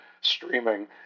streaming